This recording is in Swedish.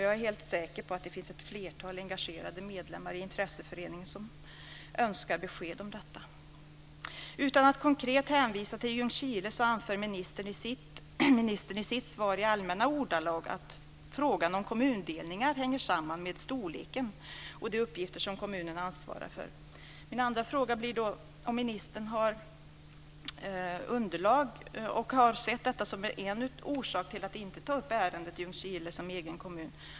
Jag är helt säker på att det finns ett flertal engagerade medlemmar i intresseföreningen som önskar besked om detta. Utan att konkret hänvisa till Ljungskile anför ministern i sitt svar i allmänna ordalag att frågan om kommundelningar hänger samman med storleken och med de uppgifter som kommunen ansvarar för. Min andra fråga blir då om ministern har underlag, och om hon har sett detta som en orsak att inte ta upp ärendet Ljungskile som egen kommun.